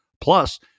plus